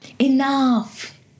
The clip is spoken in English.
Enough